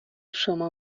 شما